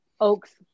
Oaks